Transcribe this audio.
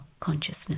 consciousness